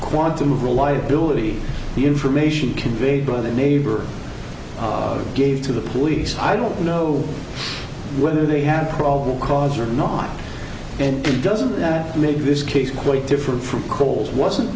quantum of reliability the information conveyed by the neighbor gave to the police i don't know whether they had probable cause or not and doesn't that make this case quite different from coles wasn't